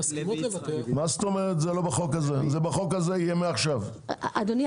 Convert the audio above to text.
מי שדורש תעודת מקור